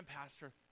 pastor